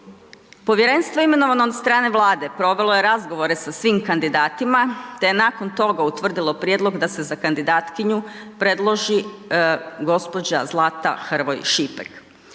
Povjerenstvo imenovano od strane Vlade provelo je razgovore sa svim kandidatima te je nakon toga utvrdilo prijedlog da se za kandidatkinju predloži gospođa Zlata Hrvoj Šipek.